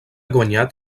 guanyat